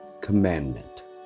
Commandment